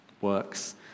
Works